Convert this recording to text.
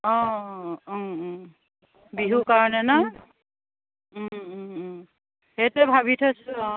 অঁ বিহুৰ কাৰণে ন সেইটোৱে ভাবি থৈছোঁ অঁ